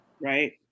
Right